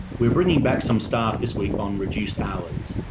we're bringing back some staff this week on reduced hours.